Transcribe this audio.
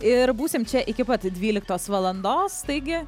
ir būsim čia iki pat dvyliktos valandos taigi